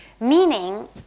meaning